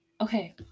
Okay